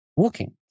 walking